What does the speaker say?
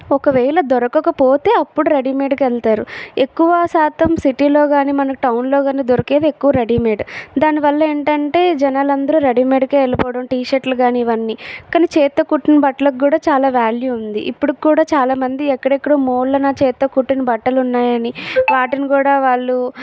ఒకవేళ దొరకకపోతే అపుడు రెడీమేడ్కి వెళ్తారు ఎక్కువ శాతం సిటీలో కానీ మన టౌన్లో కానీ దొరికేవి ఎక్కువ రెడీమేడ్ దానివల్ల ఏంటంటే జనాలు అందరు రెడీమెడ్కే వెళ్ళిపోవడం టీషిర్టులు కానీ ఇవన్నీ కానీ చేతితో కుట్టిన బట్టలు కూడా చాలా వ్యాల్యూ ఉంది ఇపుడు కూడా చాలా మంది ఎక్కడ ఎక్కడో మూలన చేతిత కుట్టిన బట్టలు ఉన్నాయి అని వాటిని కూడా వాళ్ళు